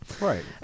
right